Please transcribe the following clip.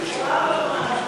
תתקיפי את הממשלה.